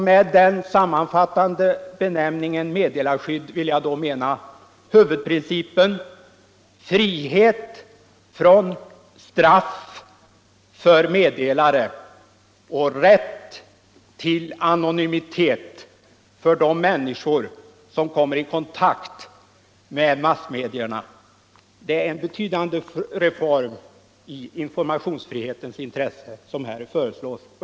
Med den sammanfattande benämningen meddelarskydd menar jag då huvudprincipen frihet från straff för meddelare och rätt till anonymitet för de människor som kommer i kontakt med massmedierna. Det är en betydande reform i informationsfrihetens intresse som här föreslås.